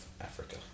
Africa